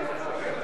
בבקשה, חברת הכנסת